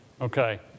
Okay